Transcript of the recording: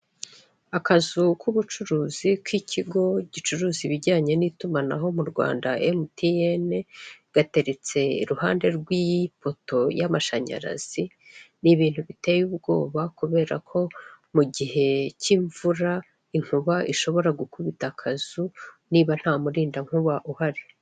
Akazu k'ubucuruzi, k'ikigo gicuruza ibijyanye n'itumanaho mu Rwanda, emutiyene, gateretse iruhande rw'ipoto y'amashanyarazi, ni ibintu biteye ubwoba, kubera ko mu gihe cy'imvura inkuba ishobora gukubita akazu niba nta murindankuba uhari.